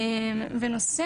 ונושא